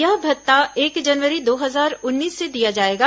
यह भत्ता एक जनवरी दो हजार उन्नीस से दिया जाएगा